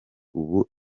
ubu